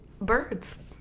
Birds